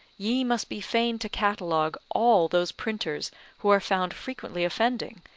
ye must be fain to catalogue all those printers who are found frequently offending,